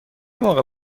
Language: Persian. موقع